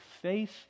faith